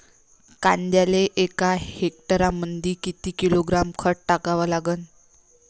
कांद्याले एका हेक्टरमंदी किती किलोग्रॅम खत टाकावं लागन?